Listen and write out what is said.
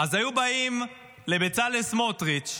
היו באים לבצלאל סמוטריץ,